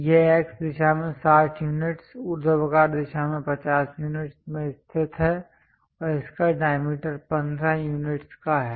यह X दिशा में 60 यूनिट्स ऊर्ध्वाधर दिशा में 50 यूनिट्स में स्थित है और इसका डायमीटर 15 यूनिट्स का है